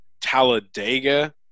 Talladega